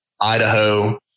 Idaho